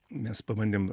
mes pabandėm